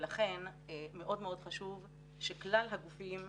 ולכן מאוד מאוד חשוב שכלל הגופים,